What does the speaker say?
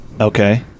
Okay